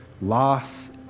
loss